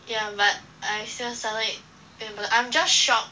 ya but I still seldom eat peanut butter I'm just shocked